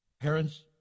parents